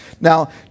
Now